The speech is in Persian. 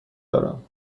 دارم